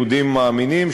יהודים מאמינים,